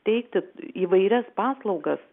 teikti įvairias paslaugas